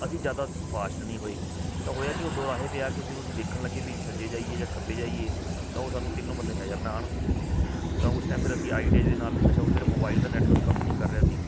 ਅਸੀਂ ਜ਼ਿਆਦਾ ਫਾਸਟ ਨਹੀਂ ਹੋਏ ਤਾਂ ਹੋਇਆ ਕੀ ਉਹ ਦੋਰਾਹੇ 'ਤੇ ਆ ਕੇ ਅਸੀਂ ਦੇਖਣ ਲੱਗੇ ਵੀ ਸੱਜੇ ਜਾਈਏ ਜਾਂ ਖੱਬੇ ਜਾਈਏ ਤਾਂ ਉਹ ਸਾਨੂੰ ਤਿੰਨੋਂ ਬੰਦੇ ਨਜ਼ਰ ਨਾ ਆਉਣ ਤਾਂ ਉਸ ਟਾਈਮ ਫਿਰ ਅਸੀਂ ਆਈਡੀਆ ਦੇ ਨਾਲ ਅੱਛਾ ਉੱਧਰ ਮੋਬਾਈਲ ਦਾ ਨੈਟਵਰਕ ਕੰਮ ਨਹੀਂ ਕਰ ਰਿਹਾ ਸੀ